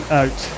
out